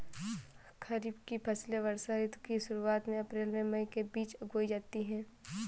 खरीफ की फसलें वर्षा ऋतु की शुरुआत में अप्रैल से मई के बीच बोई जाती हैं